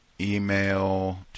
email